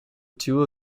two